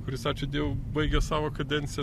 kuris ačiū dievui baigia savo kadenciją